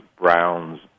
browns